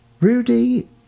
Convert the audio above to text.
Rudy